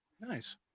Nice